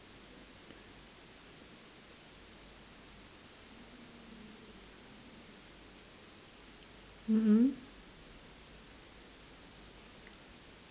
mm mm